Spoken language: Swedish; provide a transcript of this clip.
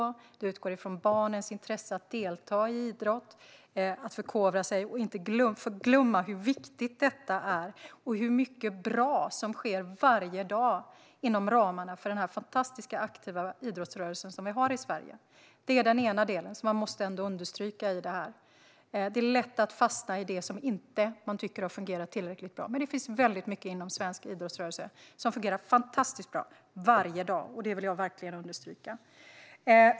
Det utgår från barnens intresse att delta i idrott och förkovra sig. Låt oss inte glömma hur viktigt detta är och hur mycket bra som sker varje dag inom ramarna för den fantastiska, aktiva idrottsrörelse som vi har i Sverige. Det är den ena delen, som man måste understryka i det här. Det är lätt att fastna i det som man inte tycker har fungerat tillräckligt bra. Men det finns mycket inom svensk idrottsrörelse som fungerar fantastiskt bra varje dag, och det vill jag verkligen understryka.